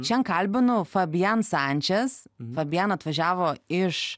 šian kalbinu fabian sančes fabian atvažiavo iš